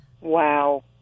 Wow